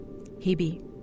Hebe